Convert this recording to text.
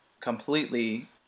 completely